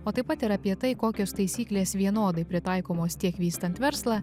o taip pat ir apie tai kokios taisyklės vienodai pritaikomos tiek vystant verslą